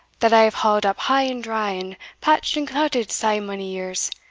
that i have hauled up high and dry, and patched and clouted sae mony years,